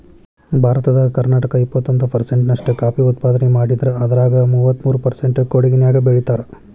ಭಾರತದಾಗ ಕರ್ನಾಟಕ ಎಪ್ಪತ್ತೊಂದ್ ಪರ್ಸೆಂಟ್ ನಷ್ಟ ಕಾಫಿ ಉತ್ಪಾದನೆ ಮಾಡಿದ್ರ ಅದ್ರಾಗ ಮೂವತ್ಮೂರು ಪರ್ಸೆಂಟ್ ಕೊಡಗಿನ್ಯಾಗ್ ಬೆಳೇತಾರ